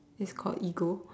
it's called ego